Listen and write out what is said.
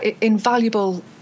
invaluable